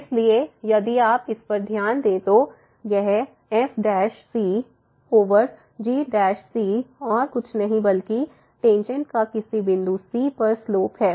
इसलिए यदि आप इस पर ध्यान दें तो यह f g और कुछ नहीं बल्कि टेंजेंट का किसी बिंदु c पर स्लोप है